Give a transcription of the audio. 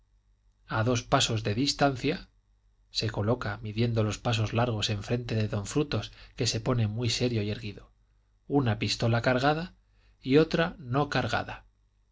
a dos pasos de distancia se coloca midiendo dos pasos largos enfrente de don frutos que se pone muy serio y erguido una pistola cargada y otra no cargada